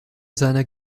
seiner